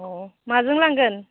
अ माजों लांगोन